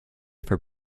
for